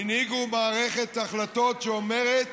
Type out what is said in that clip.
מערכת החלטות שאומרת